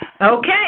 Okay